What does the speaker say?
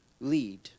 lead